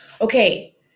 Okay